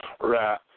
Right